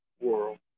world